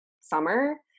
summer